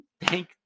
Thank